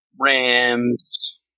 rams